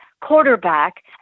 quarterback